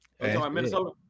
Minnesota